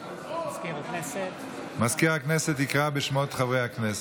מזכיר הכנסת יקרא בשמות חברי הכנסת.